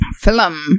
Film